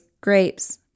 grapes